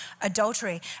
adultery